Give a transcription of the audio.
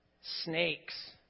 Snakes